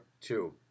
two